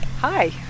Hi